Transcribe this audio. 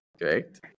correct